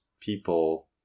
people